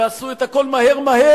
שעשו את הכול מהר-מהר,